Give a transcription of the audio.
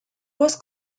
was